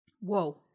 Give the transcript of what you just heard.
Whoa